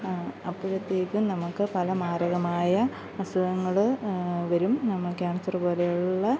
അപ്പോഴത്തേക്കും നമുക്ക് പല മാരകമായ അസുഖങ്ങൾ വരും നമ്മൾ കാൻസറ് പോലെയുള്ള